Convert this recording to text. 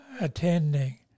attending